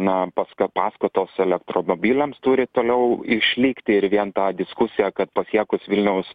na paska paskatos elektromobiliams turi toliau išlikti ir vien ta diskusija kad pasiekus vilniaus